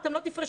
אתם לא תפרשו,